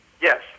Yes